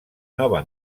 nova